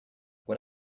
what